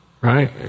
Right